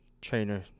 Trainer